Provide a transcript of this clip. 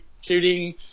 shooting